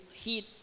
Heat